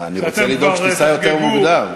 כשאתם כבר תחגגו.